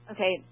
Okay